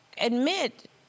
admit